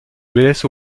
blesse